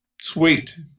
Sweet